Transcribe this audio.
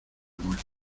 muerte